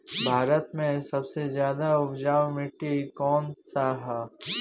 भारत मे सबसे ज्यादा उपजाऊ माटी कउन सा ह?